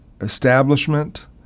establishment